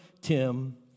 Tim